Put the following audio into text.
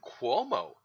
Cuomo